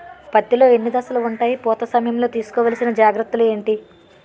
పత్తి లో ఎన్ని దశలు ఉంటాయి? పూత సమయం లో తీసుకోవల్సిన జాగ్రత్తలు ఏంటి?